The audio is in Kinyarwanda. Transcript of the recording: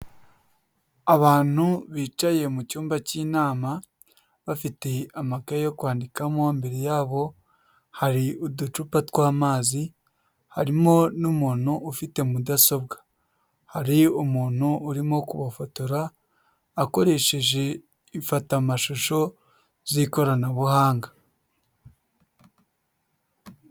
Abantu bicaye mu cyumba cy'inama bafite amakaye yo kwandikamo, imbere yabo hari uducupa tw’amazi, harimo n'umuntu ufite mudasobwa, hari umuntu urimo kubafotora akoresheje ifatamashusho z'ikoranabuhanga.